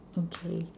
okay